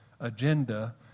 agenda